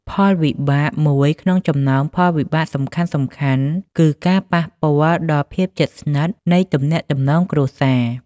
ផលវិបាកមួយក្នុងចំណោមផលវិបាកសំខាន់ៗគឺ ការប៉ះពាល់ដល់ភាពជិតស្និទ្ធ នៃទំនាក់ទំនងគ្រួសារ។